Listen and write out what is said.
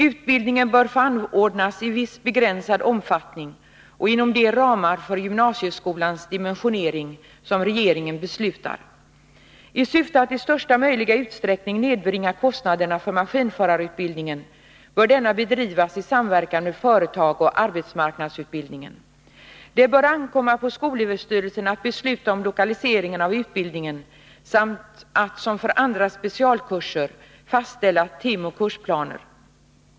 Utbildningen bör få anordnas i viss begränsad omfattning och inom de ramar för gymnasieskolans dimensionering som regeringen beslutar. I syfte att i största möjliga utsträckning nedbringa kostnaderna för maskinförarutbildningen bör denna bedrivas i samverkan med företag och arbetsmarknadsutbildningen. Det bör ankomma på skolöverstyrelsen att besluta om lokaliseringen av utbildningen samt att, som för andra specialkurser, fastställa timoch kursplaner.